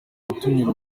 gutuma